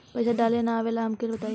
पईसा डाले ना आवेला हमका बताई?